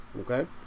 okay